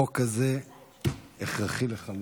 החוק הזה הכרחי לחלוטין.